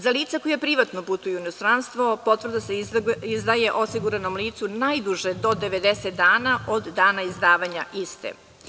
Za lica koja privatno putuju u inostranstvo potvrda se izdaje osiguranom licu najduže do 90 dana od dana izdavanja iste.